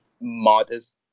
modest